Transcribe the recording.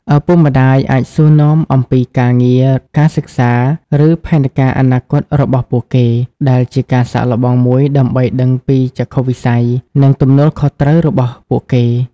ឪពុកម្តាយ អាចសួរនាំអំពីការងារ ការសិក្សា ឬផែនការអនាគតរបស់ពួកគេ ដែលជាការសាកល្បងមួយដើម្បីដឹងពីចក្ខុវិស័យ និងទំនួលខុសត្រូវរបស់ពួកគេ។